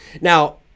Now